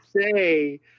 say